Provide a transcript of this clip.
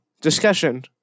discussion